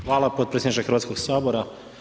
Hvala potpredsjedniče Hrvatskog sabora.